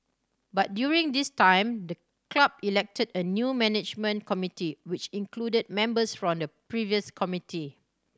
but during this time the club elected a new management committee which included members from the previous committee